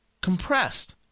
compressed